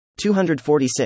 246